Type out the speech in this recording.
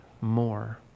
more